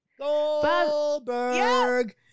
Goldberg